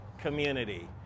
community